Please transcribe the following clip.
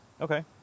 okay